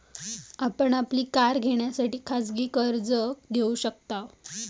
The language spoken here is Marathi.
आपण आपली कार घेण्यासाठी खाजगी कर्ज घेऊ शकताव